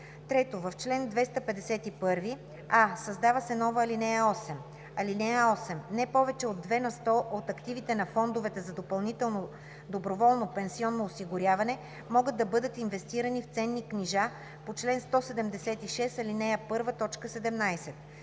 3. В чл. 251: а) създава се нова ал. 8: „(8) Не повече от 2 на сто от активите на фондовете за допълнително доброволно пенсионно осигуряване могат да бъдат инвестирани в ценни книжа по чл. 176, ал. 1, т.